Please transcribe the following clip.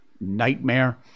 nightmare